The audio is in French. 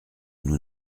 nous